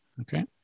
Okay